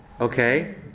Okay